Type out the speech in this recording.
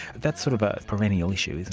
that's sort of a perennial issue, isn't